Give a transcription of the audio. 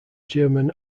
german